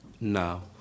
no